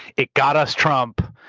it got us trump.